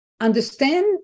understand